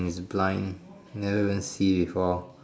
he's blind never even see before